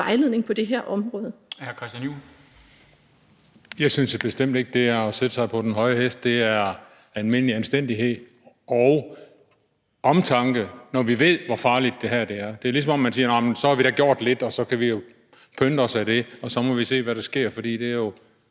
13:58 Christian Juhl (EL): Jeg synes bestemt ikke, at det er at sætte sig op på den høje hest. Det er almindelig anstændighed og omtanke, når vi ved, hvor farligt det her er. Det er, som om man siger: Jamen vi har da gjort lidt, og det kan vi pynte os med, og så må vi se, hvad der sker,